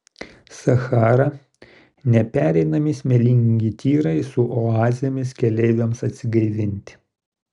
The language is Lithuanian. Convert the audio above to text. sachara nepereinami smėlingi tyrai su oazėmis keleiviams atsigaivinti